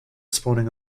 spawning